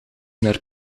naar